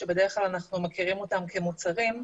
שאנחנו מכירים אותם בדרך כלל כמוצרים,